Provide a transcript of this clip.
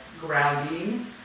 grounding